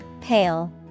Pale